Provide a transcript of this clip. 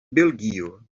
belgio